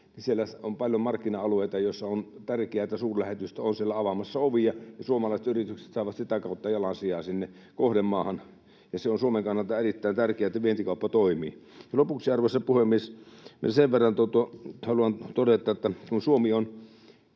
siellä on paljon markkina-alueita, joten on tärkeätä, että suurlähetystö on siellä avaamassa ovia, ja suomalaiset yritykset saavat sitä kautta jalansijaa sinne kohdemaahan. Suomen kannalta on erittäin tärkeää, että vientikauppa toimii. Ja lopuksi, arvoisa puhemies, vielä sen verran haluan todeta, että kun Suomi on